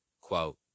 Quote